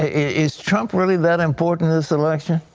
ah is trump really that important in this election?